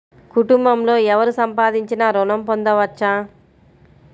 కుటుంబంలో ఎవరు సంపాదించినా ఋణం పొందవచ్చా?